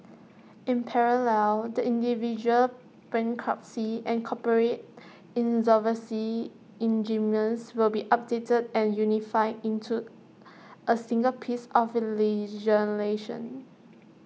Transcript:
in parallel the individual bankruptcy and corporate insolvency regimes will be updated and unified into A single piece of legislation